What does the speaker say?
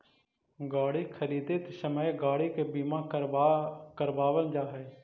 गाड़ी खरीदित समय गाड़ी के बीमा करावल जा हई